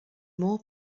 more